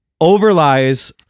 overlies